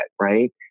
Right